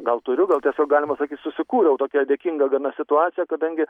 gal turiu gal tiesiog galima sakyt susikūriau tokią dėkingą gana situaciją kadangi